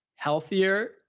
healthier